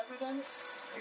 evidence